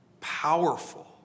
powerful